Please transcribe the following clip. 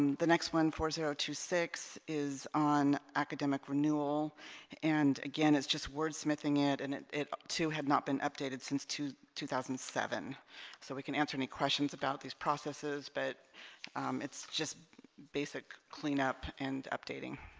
the next one four zero to six is on academic renewal and again it's just word smithing it and it it to have not been updated since to two thousand and seven so we can answer any questions about these processes but it's just basic cleanup and updating